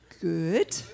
good